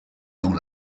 dans